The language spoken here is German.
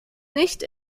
nicht